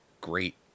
great